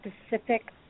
specific